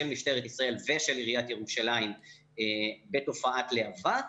של משטרת ישראל ושל עיריית ירושלים בתופעת להב"ה.